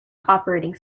operating